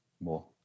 more